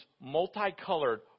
multicolored